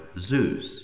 Zeus